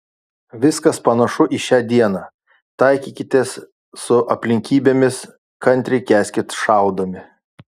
viskas panašu į šią dieną taikykitės su aplinkybėmis kantriai kęskit šaudomi